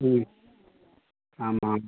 ம் ஆமாம்